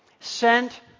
sent